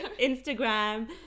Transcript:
instagram